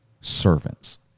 servants